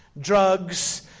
drugs